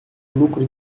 lucro